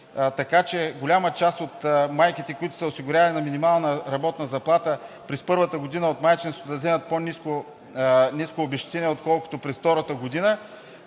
така, че голяма част от майките, които са се осигурявали на минимална работна заплата, през първата година от майчинството да вземат по-ниско обезщетение, отколкото през втората година